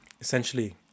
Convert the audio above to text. essentially